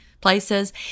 places